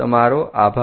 તમારો આભાર